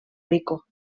rico